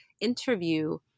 interview